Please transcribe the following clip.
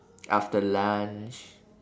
after lunch